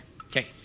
Okay